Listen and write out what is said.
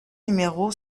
numéro